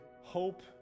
hope